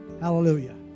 hallelujah